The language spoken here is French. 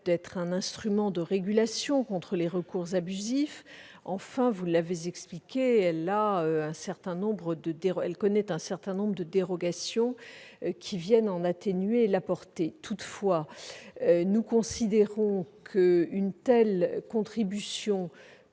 manière, un instrument de régulation contre les recours abusifs. Enfin, elle connaît un certain nombre de dérogations qui viennent en atténuer la portée. Toutefois, nous considérons qu'une telle contribution